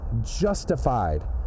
justified